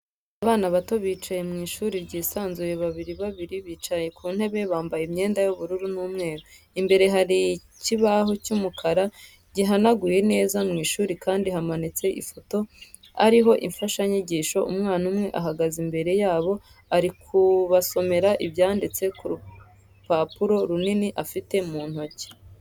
Abana bato bicaye mu ishuri ryisanzuye babiri babiri bicaranye ku ntebe bambaye imyenda y'ubururu n'umweru, imbere hari ikibaho cy'umukara gihanaguye neza, mw'ishuri kandi hamanitse ifoto ariho imfashanyigisho, umwana umwe ahagaze imbere yabo ari kubasomera ibyanditse ku rupapuro runini afite mu ntoki.